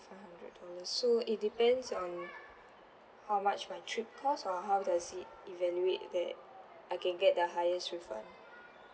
five hundred dollars so it depends on how much my trip costs or how does it evaluate that I can get the highest refund